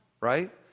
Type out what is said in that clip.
right